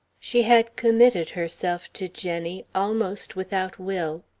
she had committed herself to jenny almost without will.